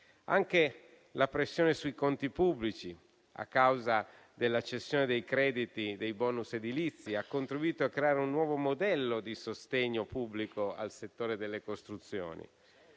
Anche la pressione sui conti pubblici, a causa della cessione dei crediti dei *bonus* edilizi, ha contribuito a creare un nuovo modello di sostegno pubblico al settore delle costruzioni.